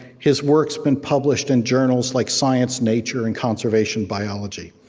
his work's been published in journals like science, nature, and conservation biology.